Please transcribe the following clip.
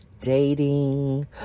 Dating